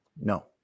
no